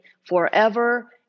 forever